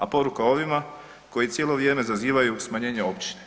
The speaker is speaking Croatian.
A poruka ovima koji cijelo vrijeme zazivaju smanjenje općine.